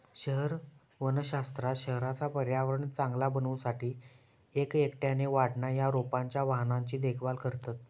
शहर वनशास्त्रात शहराचा पर्यावरण चांगला बनवू साठी एक एकट्याने वाढणा या रोपांच्या वाहनांची देखभाल करतत